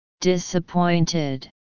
Disappointed